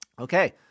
Okay